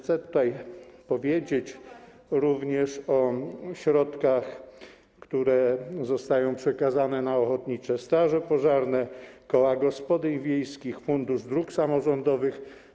Chcę tutaj powiedzieć również o środkach, które zostają przekazane na ochotnicze straże pożarne, koła gospodyń wiejskich, Fundusz Dróg Samorządowych.